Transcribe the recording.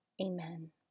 Amen